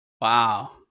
Wow